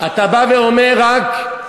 אתה בא ואומר רק,